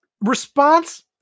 response